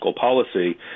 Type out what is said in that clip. policy